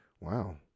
Wow